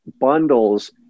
bundles